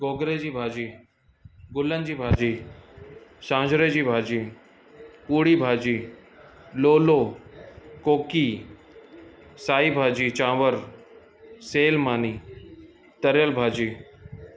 गोगरे जी भाॼी गुलन जी भाॼी स्वांजरे जी भाॼी पूड़ी भाॼी लोलो कोकी साई भाॼी चावर सेल मानी तरियलु भाॼी